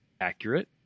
accurate